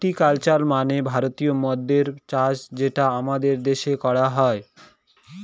ভিটি culture মানে ভারতীয় মদ্যের চাষ যেটা আমাদের দেশে করা হয়